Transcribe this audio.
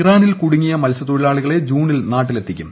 ഇറാനിൽ കുടുങ്ങിയ മത്സ്യത്തൊഴിലാളികളെ ജൂണിൽ നാട്ടിലെത്തിക്കും